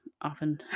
often